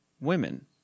women